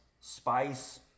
spice